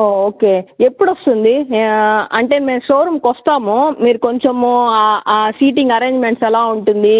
ఓ okay ఎప్పుడు వస్తుంది అంటే మేము షోరూంకి వస్తాము మీరు కొంచెము ఆ సీటింగ్ అరెంజిమెంట్స్ ఎలా ఉంటుంది